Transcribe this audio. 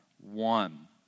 one